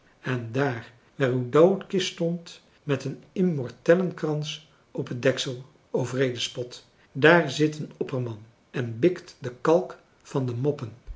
en daar waar uw doodkist stond met een immortellenkrans op het deksel o wreede spot daar zit een opperman en bikt de kalk van de moppen